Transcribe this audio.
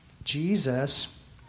Jesus